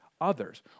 others